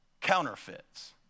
Counterfeits